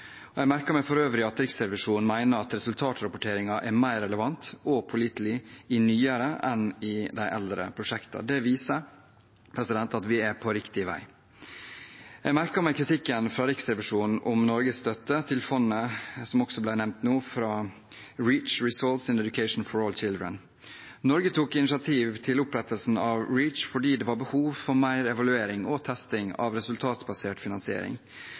Jeg merker meg for øvrig at Riksrevisjonen mener at resultatrapporteringen er mer relevant og pålitelig i nyere prosjekter enn i eldre. Det viser at vi er på riktig vei. Jeg merker meg kritikken fra Riksrevisjonen som gjelder Norges støtte til fondet som ble nevnt nå, REACH – Results in Education for All Children. Norge tok initiativ til opprettelsen av REACH fordi det var behov for mer evaluering og testing av resultatbasert finansiering. Det var for å sikre at slik finansiering